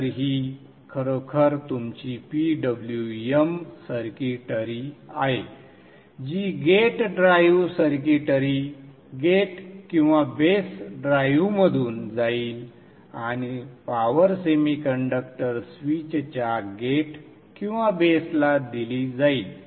तर ही खरोखर तुमची PWM सर्किटरी आहे जी गेट ड्राइव्ह सर्किटरी गेट किंवा बेस ड्राइव्हमधून जाईल आणि पॉवर सेमीकंडक्टर स्विचच्या गेट किंवा बेसला दिली जाईल